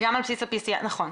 נכון.